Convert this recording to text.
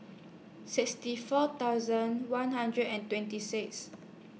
sixty four thousand one hundred and twenty six